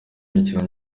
imikino